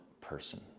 person